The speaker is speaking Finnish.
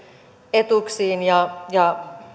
etuuksiin ja ja